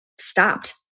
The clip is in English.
stopped